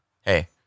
hey